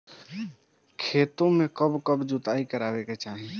खेतो में कब कब जुताई करावे के चाहि?